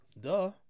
Duh